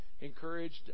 encouraged